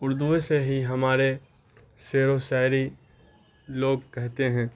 اردو سے ہی ہمارے شعر و شاعری لوگ کہتے ہیں